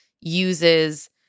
uses